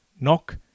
knock